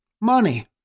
Money